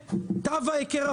אתה טועה.